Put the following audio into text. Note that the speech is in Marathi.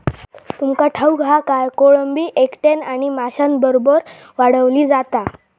तुमका ठाऊक हा काय, कोळंबी एकट्यानं आणि माशांबरोबर वाढवली जाता